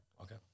Okay